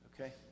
Okay